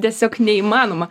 tiesiog neįmanoma